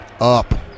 up